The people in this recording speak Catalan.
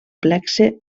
plexe